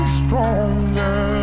stronger